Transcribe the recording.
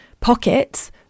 pockets